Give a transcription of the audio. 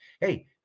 Hey